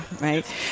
right